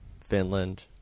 Finland